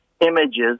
images